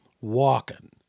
walking